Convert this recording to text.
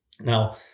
Now